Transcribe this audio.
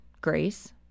Grace